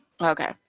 Okay